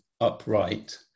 upright